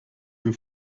you